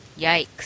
yikes